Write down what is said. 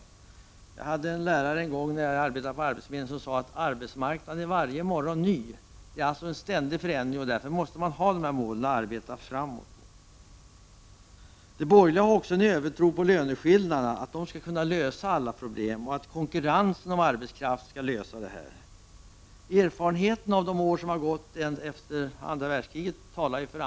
När jag arbetade på arbetsförmedlingen hade jag en lärare som sade att arbetsmarknaden är varje morgon ny. Det sker alltså en ständig förändring. Därför måste man ha dessa mål att arbeta mot. De borgerliga har en övertro på löneskillnaderna och tror att de skall lösa alla problem tillsammans med konkurrensen om arbetskraften. Erfarenheterna från de år som har gått efter andra världskriget visar på annat.